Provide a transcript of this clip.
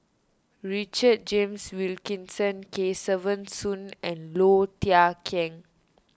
Richard James Wilkinson Kesavan Soon and Low Thia Khiang